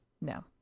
No